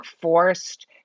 forced